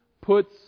puts